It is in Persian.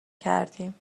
کردیم